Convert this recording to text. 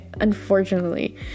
unfortunately